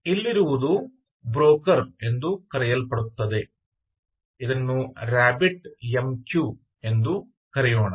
ಇಲ್ಲಿರುವುದು ಬ್ರೋಕರ್ ಎಂದು ಕರೆಯಲ್ಪಡುತ್ತದೆ ಅದನ್ನು ರಾಬಿಟ್ MQ ಎಂದು ಕರೆಯೋಣ